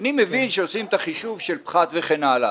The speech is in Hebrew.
אני מבין שעושים את החישוב של פחת וכן הלאה,